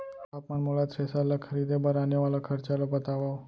आप मन मोला थ्रेसर ल खरीदे बर आने वाला खरचा ल बतावव?